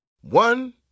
One